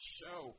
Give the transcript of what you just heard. show